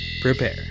prepare